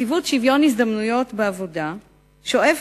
נציבות שוויון הזדמנויות בעבודה שואפת